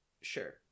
Sure